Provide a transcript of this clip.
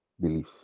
belief